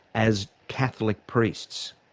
as catholic priests?